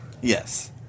Yes